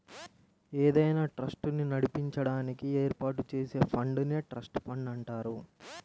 ఏదైనా ట్రస్ట్ ని నడిపించడానికి ఏర్పాటు చేసే ఫండ్ నే ట్రస్ట్ ఫండ్ అంటారు